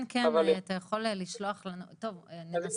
כן, כן, אתה יכול לשלוח לנו, ננסה.